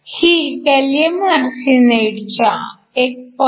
ही gallium आर्सेनाईडच्या 1